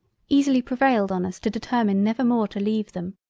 easily prevailed on us to determine never more to leave them,